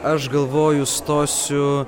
aš galvoju stosiu